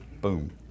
boom